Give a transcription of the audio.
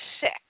sick